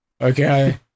Okay